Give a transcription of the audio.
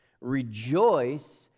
Rejoice